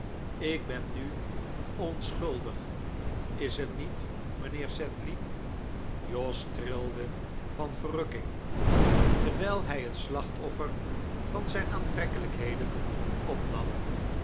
ik ben nu onschuldig is het niet mijnheer sedley jos trilde van verrukking terwijl hij het slachtoffer van zijn aantrekkelijkheden opnam